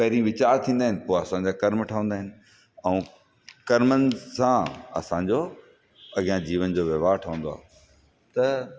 पहिरीं वीचार थींदा आहिनि पोइ असांजा कर्म ठहंदा आहिनि ऐं कर्मनि सां असांजो अॻियां जीवन जो वहिंवारु ठहंदो आहे त